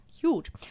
Huge